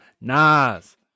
Nas